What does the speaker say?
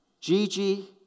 Gigi